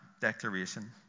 declaration